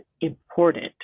important